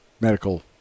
medical